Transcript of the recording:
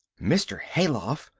mr. hayloft,